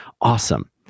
awesome